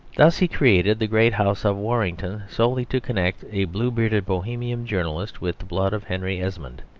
thus he created the great house of warrington solely to connect a blue-bearded bohemian journalist with the blood of henry esmond.